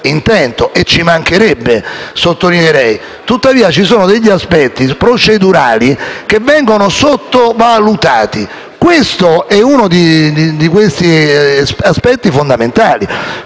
e ci mancherebbe), tuttavia ci sono degli aspetti procedurali che vengono sottovalutati e questo è uno di tali aspetti fondamentali.